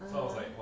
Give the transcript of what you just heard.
(uh huh)